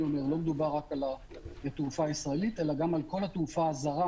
לא מדובר רק על התעופה הישראלית אלא גם על כל התעופה הזרה